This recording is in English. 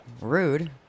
Rude